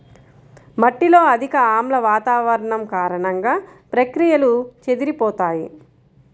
మట్టిలో అధిక ఆమ్ల వాతావరణం కారణంగా, ప్రక్రియలు చెదిరిపోతాయి